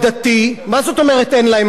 מה זאת אומרת אין להם מעמד דתי,